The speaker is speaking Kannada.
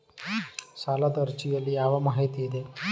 ಸಾಲದ ಅರ್ಜಿಯಲ್ಲಿ ಯಾವ ಮಾಹಿತಿ ಇದೆ?